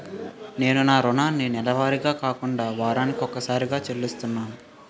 నేను నా రుణాన్ని నెలవారీగా కాకుండా వారాని కొక్కసారి చెల్లిస్తున్నాను